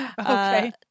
Okay